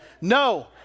no